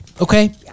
okay